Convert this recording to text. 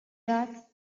that